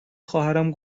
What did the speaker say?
خواهرم